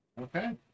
Okay